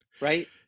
right